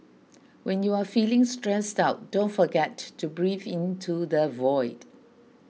when you are feeling stressed out don't forget to breathe into the void